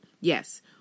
Yes